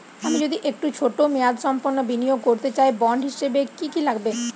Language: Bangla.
আমি যদি একটু ছোট মেয়াদসম্পন্ন বিনিয়োগ করতে চাই বন্ড হিসেবে কী কী লাগবে?